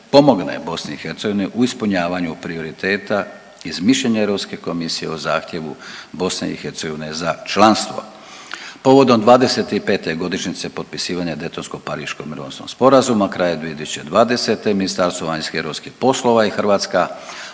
pomogne BiH u ispunjavanju prioriteta iz mišljenja EU komisije o zahtjevu BiH za članstvo. Povodom 25. godišnjice potpisivanja Daytonskog pariškog .../Govornik se ne razumije./... sporazuma kraja 2020. Ministarstvo vanjskih i europskih poslova i HAZU